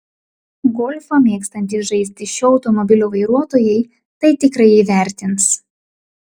golfą mėgstantys žaisti šio automobilio vairuotojai tai tikrai įvertins